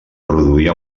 produïa